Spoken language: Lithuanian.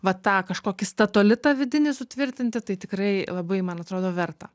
va tą kažkokį statolitą vidinį sutvirtinti tai tikrai labai man atrodo verta